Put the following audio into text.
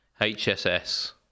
HSS